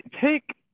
take